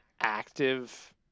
active